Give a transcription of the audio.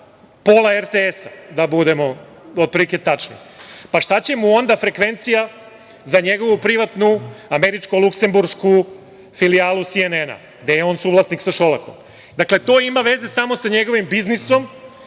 pola RTS-a, da budemo otprilike tačni, pa šta će mu onda frekvencija za njegovu privatnu američko-luksemburšku filijalu Si-En-En, gde je on suvlasnik sa Šolakom? To ima veze samo sa njegovim biznisom,